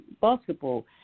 basketball